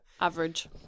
Average